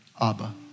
Abba